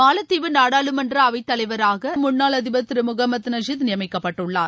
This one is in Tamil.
மாலத்தீவு நாடாளுமன்ற அவை தலைவராக முன்னாள் அதிபர் திரு முகமது நஷித் நியமிக்கப்பட்டுள்ளார்